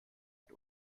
hat